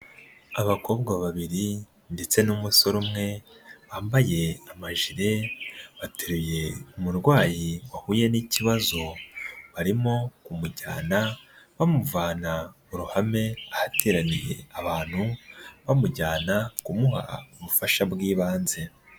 Abakobwa babiri ndetse n'umusore umwe, bambaye amajile bateruye umurwayi wahuye n'ikibazo, barimo kumujyana bamuvana mu ruhame ahateraniye abantu, bamujyana kumuha ubufasha bw'ibanze.